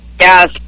Yes